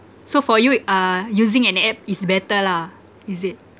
so for you uh using an app is better lah is it